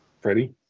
Freddie